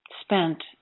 spent